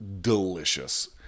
delicious